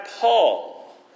Paul